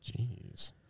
Jeez